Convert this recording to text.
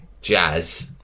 jazz